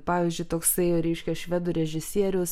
pavyzdžiui toksai reiškia švedų režisierius